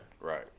Right